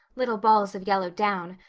little balls of yellow down.